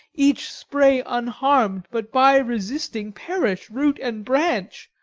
each spray unharmed, but by resisting perish root and branch.